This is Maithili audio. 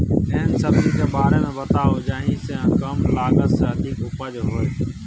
एहन सब्जी के बारे मे बताऊ जाहि सॅ कम लागत मे अधिक उपज होय?